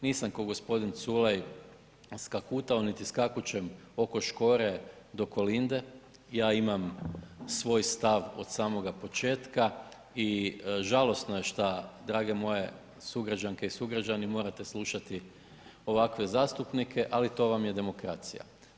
Nisam kao g. Culej skakutao niti skakućem oko Škore do Kolinde, ja imam svoj stav od samoga početka i žalosno je što drage moje sugrađanke i sugrađani, morate slušati ovakve zastupnike, ali to vam je demokracija.